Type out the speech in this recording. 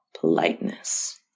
politeness